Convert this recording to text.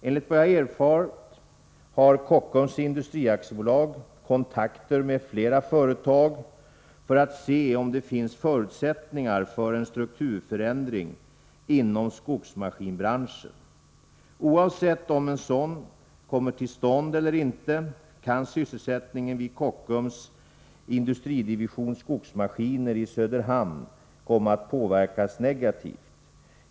Enligt vad jag har erfarit har Kockums Industri AB kontakter med flera företag för att se om det finns förutsättningar för en strukturförändring inom skogsmaskinsbranschen. Oavsett om en sådan kommer till stånd eller inte kan sysselsättningen vid Kockums Industris division Skogsmaskiner i Söderhamn komma att påverkas negativt.